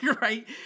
Right